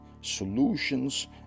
solutions